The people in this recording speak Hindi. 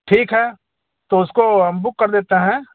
ठीक है तो उसको हम बुक कर देते हैं